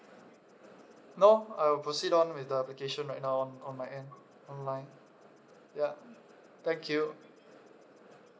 no I'll proceed on with the application right now on on my end online ya thank you